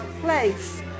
place